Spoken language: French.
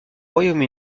royaume